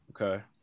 Okay